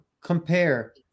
compare